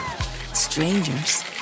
Strangers